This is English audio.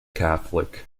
catholic